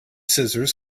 scissors